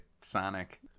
Sonic